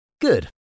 Good